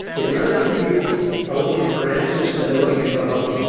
the american people are looking for answers and they're looking for hope.